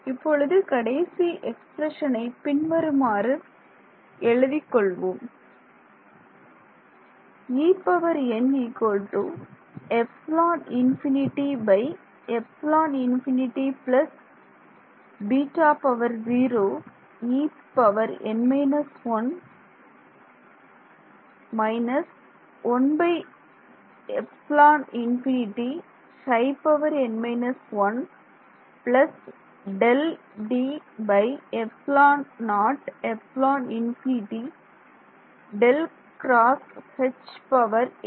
இப்பொழுது கடைசி எக்ஸ்பிரஷனை பின்வருமாறு எழுதிக் கொள்வோம்